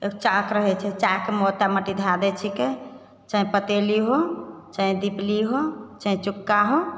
तऽ चाक रहैत छै चाकमे ओतऽ मट्टी धए दै छिकै तैँ पतैली हो तैँ दिपली हो तैँ चुक्का हो